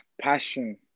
passion